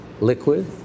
liquid